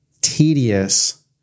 tedious